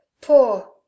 Poor